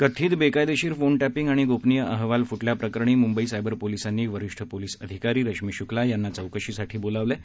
कथित बेकायदेशीर phone tapping आणि गोपनीय अहवाल फुटल्या प्रकरणी मुंबई सायबर पोलिसांनी वरिष्ठ पोलीस अधिकारी रश्मी शुक्ला यांना चौकशीसाठी बोलावलं आहे